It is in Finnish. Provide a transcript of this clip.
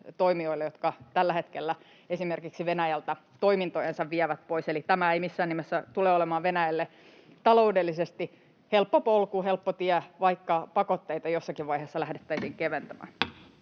jotka tällä hetkellä esimerkiksi Venäjältä toimintojansa vievät pois, eli tämä ei missään nimessä tule olemaan Venäjälle taloudellisesti helppo polku, helppo tie, vaikka pakotteita jossakin vaiheessa lähdettäisiin keventämään.